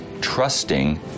trusting